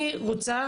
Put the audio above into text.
אני רוצה